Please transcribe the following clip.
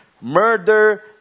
murder